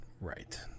Right